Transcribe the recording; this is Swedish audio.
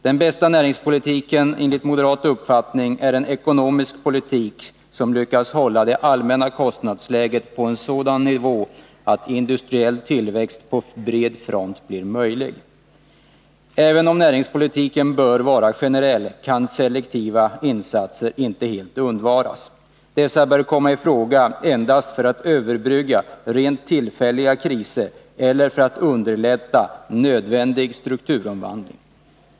Den bästa näringspolitiken är enligt moderat uppfattning en ekonomisk politik som lyckas hålla det allmänna kostnadsläget på en sådan nivå, att industriell tillväxt på bred front blir möjlig. Även om näringspolitiken bör vara generell kan selektiva insatser inte helt undvaras. Dessa bör komma i fråga endast för att överbrygga rent tillfälliga kriser eller för att underlätta en nödvändig strukturomvandling.